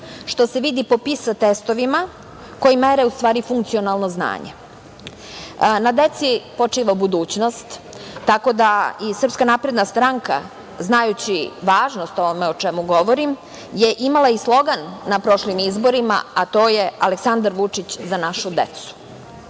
što se vidi po PISA testovima koji mere funkcionalno znanje. Na deci počiva budućnost, tako da i SNS znajući važnost ovog o čemu govorim, je imala i slogan na prošlim izborima, a to je Aleksandar Vučić – Za našu